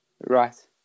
Right